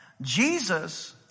Jesus